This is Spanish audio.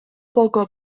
poco